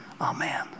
Amen